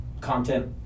content